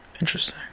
interesting